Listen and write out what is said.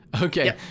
okay